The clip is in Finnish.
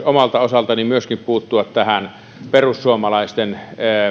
omalta osaltani puuttua perussuomalaisten